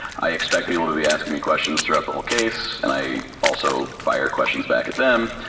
i expect people to be asking me questions throughout the whole case and i also fire questions back at them.